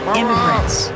immigrants